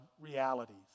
realities